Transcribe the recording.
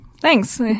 Thanks